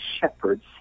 shepherds